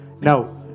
Now